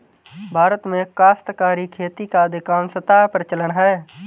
भारत में काश्तकारी खेती का अधिकांशतः प्रचलन है